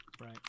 right